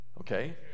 Okay